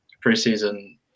Pre-season